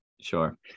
Sure